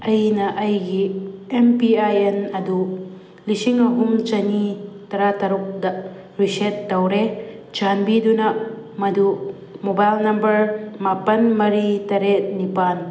ꯑꯩꯅ ꯑꯩꯒꯤ M P I N ꯑꯗꯨ ꯂꯤꯁꯤꯡ ꯑꯍꯨꯝ ꯆꯥꯅꯤ ꯇꯔꯥꯇꯔꯨꯛꯇ ꯔꯤꯁꯦꯠ ꯇꯧꯔꯦ ꯆꯥꯟꯕꯤꯗꯨꯅ ꯃꯗꯨ ꯃꯣꯕꯥꯏꯜ ꯅꯝꯕꯔ ꯃꯥꯄꯟ ꯃꯔꯤ ꯇꯔꯦꯠ ꯅꯤꯄꯥꯟ